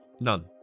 None